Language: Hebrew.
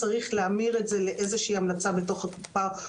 אז צריך להמיר את זה לאיזו שהיא המלצה בתוך הקופה.